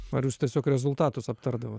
ar jūs tiesiog rezultatus aptardavot